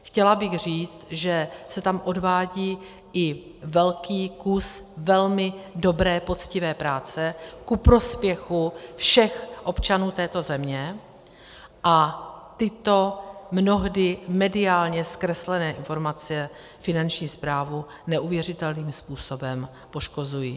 Chtěla bych říct, že se tam odvádí i velký kus velmi dobré poctivé práce ku prospěchu všech občanů této země a tyto mnohdy mediálně zkreslené informace finanční správu neuvěřitelným způsobem poškozují.